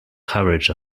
coverage